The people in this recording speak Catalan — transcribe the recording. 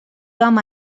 vam